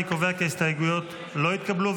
אני קובע כי ההסתייגויות לא התקבלו.